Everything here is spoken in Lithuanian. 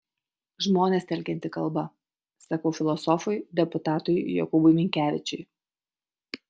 žmones telkianti kalba sakau filosofui deputatui jokūbui minkevičiui